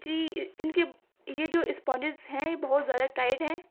جی ان کے یہ جو اسپانجیز ہیں یہ بہت زیادہ ٹائٹ ہیں